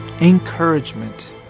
Encouragement